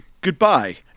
Goodbye